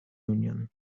union